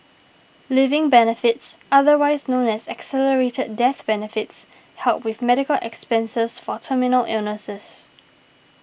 living benefits otherwise known as accelerated death benefits help with medical expenses for terminal illnesses